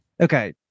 okay